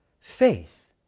faith